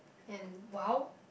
and !wow!